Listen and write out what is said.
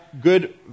good